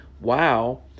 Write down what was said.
Wow